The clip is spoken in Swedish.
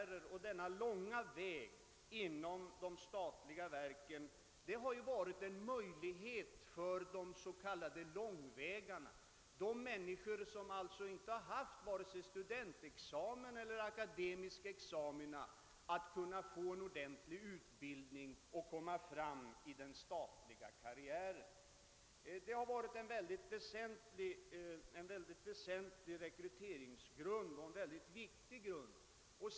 Den s.k. långa vägen inom de statliga verken har gett en möjlighet för »långvägarna«, alltså de människor som inte haft akademiska examina, att få en ordentlig utbildning och komma fram i den statliga karriären, och den har varit en mycket väsentlig rekryteringsgrund.